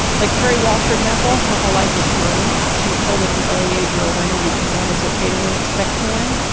like terry walsh, for example, her whole life was groomed. she was told at an early age you're a winner, you can win, it's okay to win, expect to win.